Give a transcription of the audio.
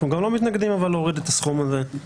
אבל אנחנו לא מתנגדים להוריד את הסכום הזה.